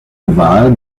oval